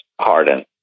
Harden